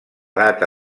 data